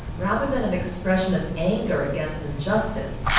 rather than an expression of anger against injustice,